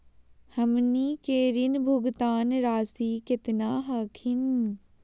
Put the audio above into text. हमनी के ऋण भुगतान रासी केतना हखिन?